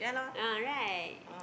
ah right